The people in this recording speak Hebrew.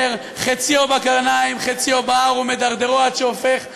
חציו בקרניים חציו בהר ומדרדרו עד שהופך אברים-אברים?